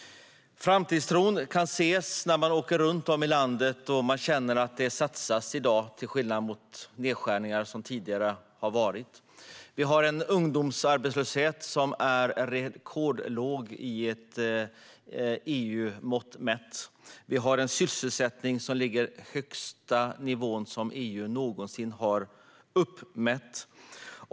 Man kan se framtidstron när man åker runt i landet. Man känner att det satsas i dag, till skillnad mot tidigare då det gjordes nedskärningar. Vi har en ungdomsarbetslöshet som är rekordlåg med EU-mått mätt. Vi har en sysselsättning som ligger på den högsta nivå som EU någonsin har uppmätt.